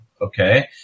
Okay